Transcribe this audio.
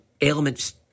elements